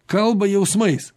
kalba jausmais